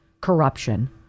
corruption